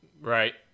right